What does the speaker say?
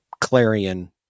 Clarion